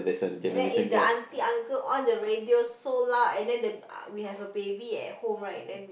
and if the aunty uncle on the radio so loud and then the we have baby at home right then